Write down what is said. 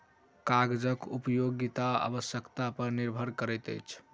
कागजक उपयोगिता आवश्यकता पर निर्भर करैत अछि